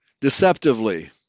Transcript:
deceptively